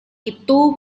itu